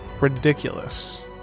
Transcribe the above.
ridiculous